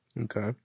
okay